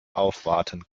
aufwarten